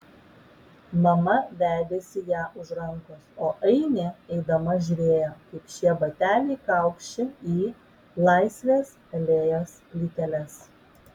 mama vedėsi ją už rankos o ainė eidama žiūrėjo kaip šie bateliai kaukši į laisvės alėjos plyteles